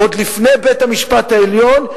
עוד לפני בית-המשפט העליון,